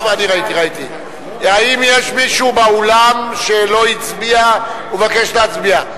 האם יש מישהו באולם שלא הצביע ומבקש להצביע?